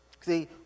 See